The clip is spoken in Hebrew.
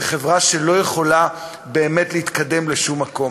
וזו חברה שלא יכולה באמת להתקדם לשום מקום.